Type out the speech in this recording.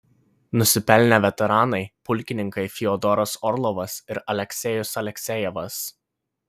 nusipelnę veteranai pulkininkai fiodoras orlovas ir aleksejus aleksejevas